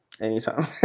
anytime